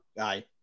Aye